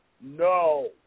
No